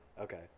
okay